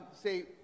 say